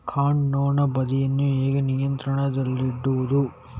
ಕಾಂಡ ನೊಣ ಬಾಧೆಯನ್ನು ಹೇಗೆ ನಿಯಂತ್ರಣದಲ್ಲಿಡುವುದು?